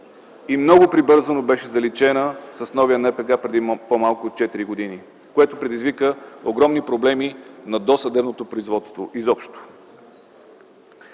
и много прибързано беше заличена с новия НПК преди по-малко от четири години, което предизвика огромни проблеми на досъдебното производство изобщо.